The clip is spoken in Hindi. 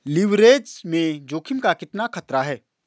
लिवरेज में जोखिम का कितना खतरा है?